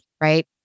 right